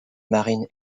marine